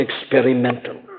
experimental